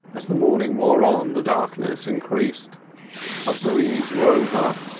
as the morning wore on the darkness increased a breeze rose up,